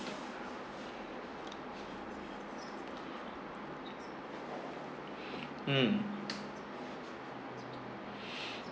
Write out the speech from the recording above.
mm